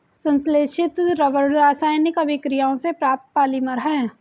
संश्लेषित रबर रासायनिक अभिक्रियाओं से प्राप्त पॉलिमर है